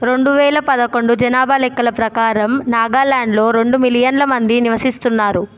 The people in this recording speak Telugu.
రెండు వేల పదకొండు జనాభా లెక్కల ప్రకారం నాగాల్యాండ్లో రెండు మిలియన్ల మంది నివసిస్తున్నారు